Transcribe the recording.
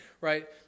right